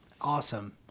Awesome